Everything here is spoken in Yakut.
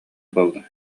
буолла